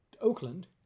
Oakland